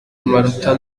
maranatha